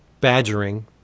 badgering